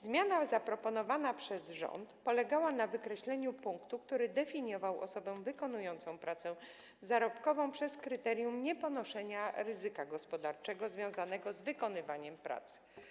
Zmiana zaproponowana przez rząd polegała na wykreśleniu punktu, który definiował osobę wykonującą pracę zarobkową przez kryterium nieponoszenia ryzyka gospodarczego związanego z wykonywaniem pracy.